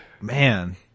man